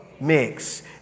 Mix